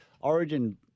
Origin